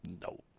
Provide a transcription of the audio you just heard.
no